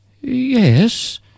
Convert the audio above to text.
Yes